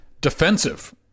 defensive